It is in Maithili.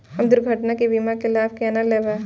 हम दुर्घटना के बीमा के लाभ केना लैब?